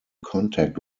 contact